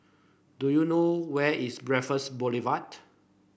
do you know where is Raffles Boulevard